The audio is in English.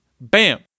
Bam